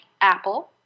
Apple